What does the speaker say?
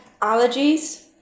allergies